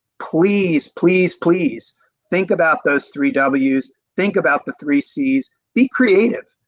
please, please please think about those three w's, think about the three c's, be creative.